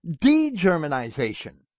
de-Germanization